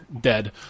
dead